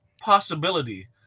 possibility